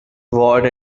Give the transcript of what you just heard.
ward